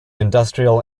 industrial